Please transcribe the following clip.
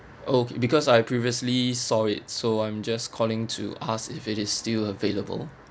okay because I previously saw it so I'm just calling to ask if it is still available